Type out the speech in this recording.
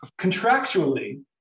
Contractually